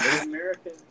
American